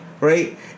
right